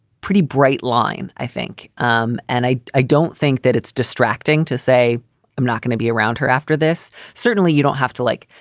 pretty bright line, i think. um and i i don't think that it's distracting to say i'm not going to be around her after this. certainly you don't have to, like,